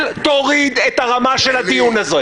אל תוריד את הרמה של הדיון הזה.